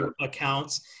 accounts